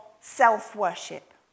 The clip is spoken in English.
self-worship